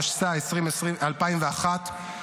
התשס"א 2001,